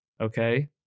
okay